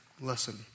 lesson